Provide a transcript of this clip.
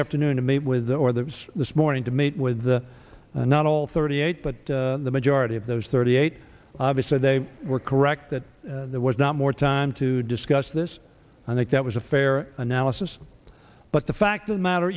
afternoon to meet with or that was this morning to meet with the not all thirty eight but the majority of those thirty eight obviously they were correct that there was not more time to discuss this i think that was a fair analysis but the fact of the matter